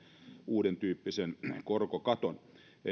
uudentyyppisen korkokaton